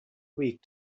week